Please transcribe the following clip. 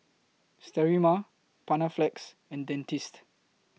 Sterimar Panaflex and Dentiste